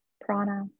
prana